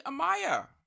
Amaya